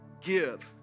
give